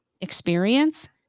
experience